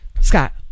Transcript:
Scott